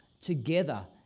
together